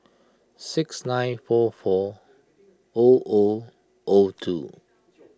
six nine four four O O O two